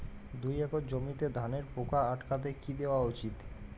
দুই একর জমিতে ধানের পোকা আটকাতে কি দেওয়া উচিৎ?